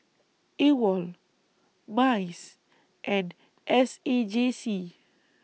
AWOL Mice and S A J C